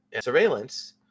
surveillance